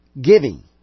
giving